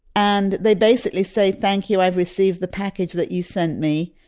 and they basically say thank you, i've received the package that you sent me.